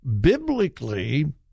Biblically